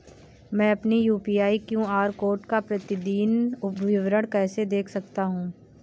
मैं अपनी UPI QR code का प्रतीदीन विवरण कैसे देख सकता हूँ?